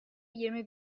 yirmi